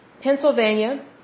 Pennsylvania